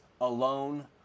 alone